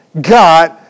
God